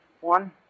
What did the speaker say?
One